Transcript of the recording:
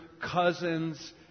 cousins